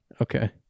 Okay